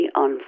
on